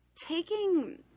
taking